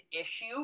issue